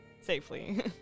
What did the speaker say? safely